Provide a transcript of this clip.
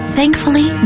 Thankfully